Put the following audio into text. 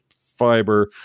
fiber